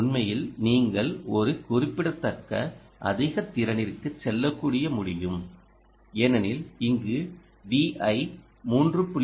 உண்மையில் நீங்கள் ஒரு குறிப்பிடத்தக்க அதிக திறனிற்கு செல்லக்கூட முடியும் ஏனெனில் இங்கு Vi 3